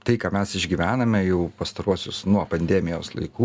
tai ką mes išgyvename jau pastaruosius nuo pandemijos laikų